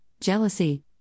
jealousy